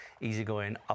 easygoing